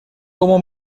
como